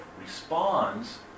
responds